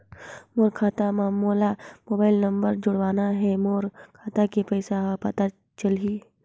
मोर खाता मां मोला मोबाइल नंबर जोड़वाना हे मोर खाता के पइसा ह पता चलाही?